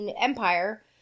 Empire